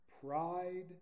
pride